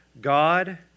God